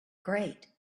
great